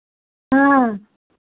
हाँ